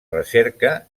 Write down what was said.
recerca